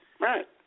Right